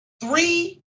three